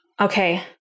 okay